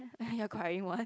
crying one